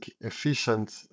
efficient